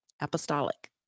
apostolic